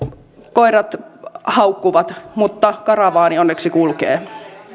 koirat haukkuvat niin karavaani onneksi kulkee